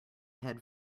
head